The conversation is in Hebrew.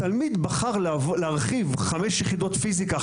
תלמיד בחר להרחיב חמש יחידות פיזיקה,